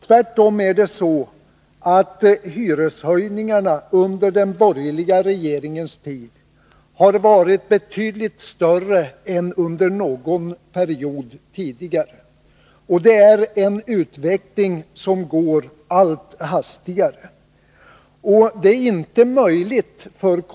Tvärtom är det så att hyreshöjningarna under den borgerliga regeringens tid har varit betydligt större än under någon tidigare period. Det är en utveckling som går allt hastigare.